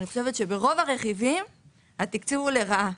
אני חושבת שברוב הרכיבים התקצוב הוא לרעה.